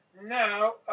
Now